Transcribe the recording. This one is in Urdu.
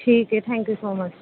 ٹھیک ہے تھینک یو سو مچ